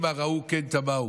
המה ראו כן תמהו".